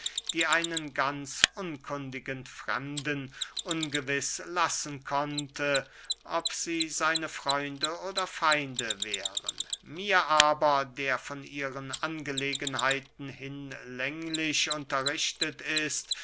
die einen ganz unkundigen fremden ungewiß lassen konnte ob sie seine freunde oder feinde wären mir aber der von ihren angelegenheiten hinlänglich unterrichtet ist